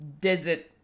desert